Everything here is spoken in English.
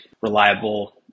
reliable